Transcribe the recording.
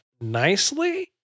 nicely